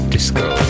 Disco